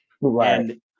Right